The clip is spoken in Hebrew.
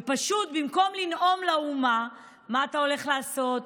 ופשוט במקום לנאום לאומה על מה הוא הולך לעשות,